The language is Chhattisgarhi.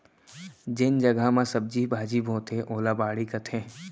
जेन जघा म सब्जी भाजी बोथें ओला बाड़ी कथें